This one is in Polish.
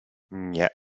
nie